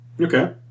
Okay